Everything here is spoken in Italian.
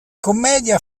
commedia